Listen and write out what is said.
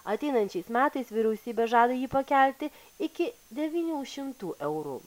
ateinančiais metais vyriausybė žada jį pakelti iki devynių šimtų eurų